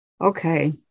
Okay